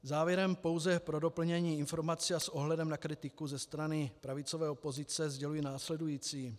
Závěrem pouze pro doplnění informací a s ohledem na kritiku ze strany pravicové opozice sděluji následující.